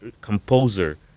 composer